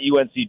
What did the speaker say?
UNC